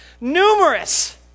numerous